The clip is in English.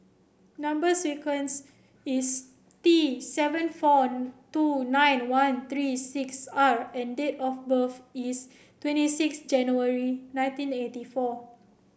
number sequence is T seven four two nine one three six R and date of birth is twenty six January nineteen eighty four